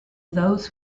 those